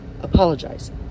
apologize